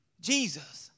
Jesus